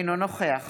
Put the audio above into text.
אינו נוכח